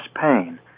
pain